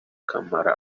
camara